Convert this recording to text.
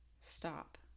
stop